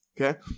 okay